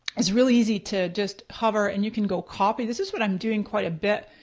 it's really easy to just hover and you can go copy, this is what i'm doing quite a bit.